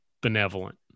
benevolent